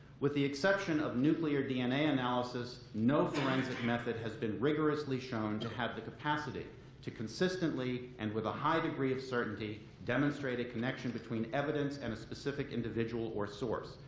with the exception of nuclear dna analysis, no forensic method has been rigorously shown to have the capacity to consistently and with a high degree of certainty demonstrate a connection between evidence and a specific individual or source.